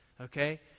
Okay